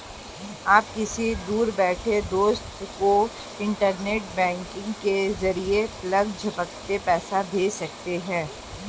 आप किसी दूर बैठे दोस्त को इन्टरनेट बैंकिंग के जरिये पलक झपकते पैसा भेज सकते हैं